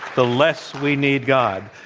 the less we need god.